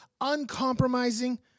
uncompromising